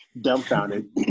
dumbfounded